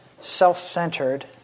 self-centered